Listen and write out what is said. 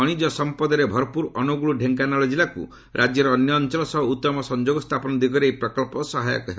ଖଣିଜ ସମ୍ପଦରେ ଭରପ୍ରର ଅନୁଗୁଳ ଡେଙ୍କାନାଳ କିଲ୍ଲାକୁ ରାଜ୍ୟର ଅନ୍ୟ ଅଞ୍ଚଳ ସହ ଉତ୍ତମ ସଂଯୋଗ ସ୍ଥାପନ ଦିଗରେ ଏହି ପ୍ରକଳ୍ପ ସହାୟକ ହେବ